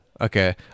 Okay